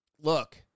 Look